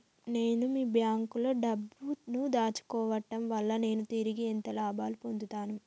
నేను మీ బ్యాంకులో డబ్బు ను దాచుకోవటం వల్ల నేను తిరిగి ఎంత లాభాలు పొందుతాను?